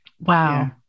Wow